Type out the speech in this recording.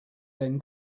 then